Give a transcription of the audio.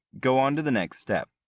go on to the next step.